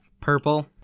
Purple